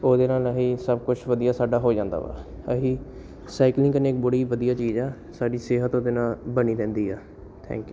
ਉਹਦੇ ਨਾਲ ਅਸੀਂ ਸਭ ਕੁਛ ਵਧੀਆ ਸਾਡਾ ਹੋ ਜਾਂਦਾ ਵਾ ਅਸੀਂ ਸਾਈਕਲਿੰਗ ਕਰਨੀ ਇੱਕ ਬੜੀ ਵਧੀਆ ਚੀਜ਼ ਆ ਸਾਡੀ ਸਿਹਤ ਉਹਦੇ ਨਾਲ ਬਣੀ ਰਹਿੰਦੀ ਆ ਥੈਂਕ ਯੂ